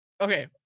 okay